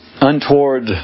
untoward